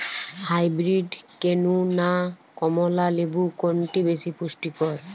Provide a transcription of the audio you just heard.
Hybrid কেনু না কমলা লেবু কোনটি বেশি পুষ্টিকর?